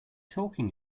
talking